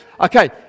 Okay